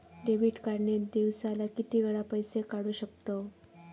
Debit card ने दिवसाला किती वेळा पैसे काढू शकतव?